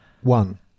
One